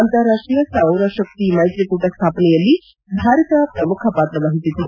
ಅಂತಾರಾಷ್ಷೀಯ ಸೌರಶಕ್ತಿ ಮೈತ್ರಿಕೂಟ ಸ್ಲಾಪನೆಯಲ್ಲಿ ಭಾರತ ಪ್ರಮುಖ ಪಾತ್ರವಹಿಸಿತು